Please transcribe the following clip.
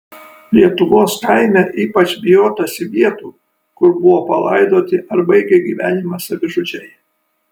lietuvos kaime ypač bijotasi vietų kur buvo palaidoti ar baigė gyvenimą savižudžiai